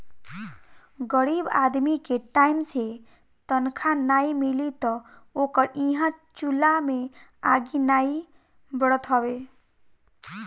गरीब आदमी के टाइम से तनखा नाइ मिली तअ ओकरी इहां चुला में आगि नाइ बरत हवे